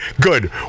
good